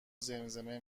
زمزمه